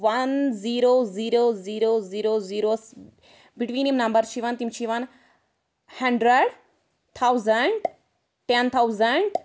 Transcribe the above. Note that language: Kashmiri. وَن zero zero zero zero zero وَس بِٹویٖن یِم نَمبر چھِ یِوان تِم چھِ یِوان ہیٚنٛڈرَڈ تھاوزنٛڈ ٹیٚن تھاوزَنٛڈ